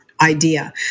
Idea